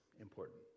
important